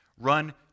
Run